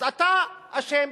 אז אתה אשם.